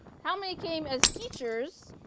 how many came as teachers